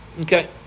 Okay